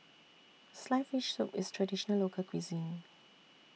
Sliced Fish Soup IS A Traditional Local Cuisine